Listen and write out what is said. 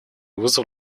вызов